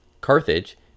Carthage